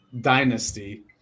dynasty